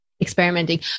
experimenting